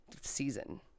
season